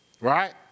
right